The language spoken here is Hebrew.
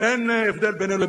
אין לה שום